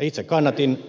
itse kannatin